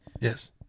Yes